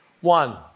One